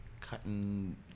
cutting